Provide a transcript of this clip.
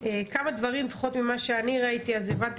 כמה דברים לפחות ממה שאני ראיתי אז הבנתי